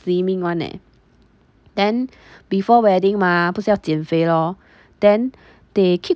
slimming one eh then before wedding mah 不是要减肥 lor then they keep